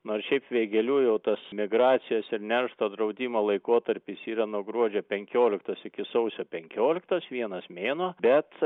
nors šiaip vėgėlių jau tas migracijos ir neršto draudimo laikotarpis yra nuo gruodžio penkioliktos iki sausio penkioliktos vienas mėnuo bet